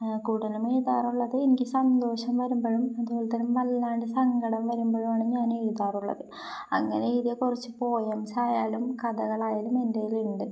കൂടുതലും എഴുതാറുള്ളത് എനിക്ക് സന്തോഷം വരുമ്പോഴും അതുപോലെതന്നെ വല്ലാതെ സങ്കടം വരുമ്പോഴുമാണ് ഞാൻ എഴുതാറുള്ളത് അങ്ങനെ എഴുതിയ കുറച്ച് പോയംസ് ആയാലും കഥകളായാലും എന്റെ കയ്യിലുണ്ട്